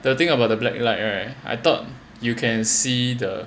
the thing about the black light right I thought you can see the